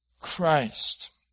Christ